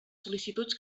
sol·licituds